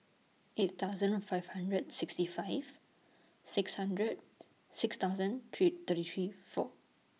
eight thousand five hundred sixty five six hundred six thousand three thirty three four